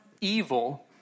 evil